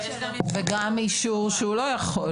וגם אישור שהוא לא יכול.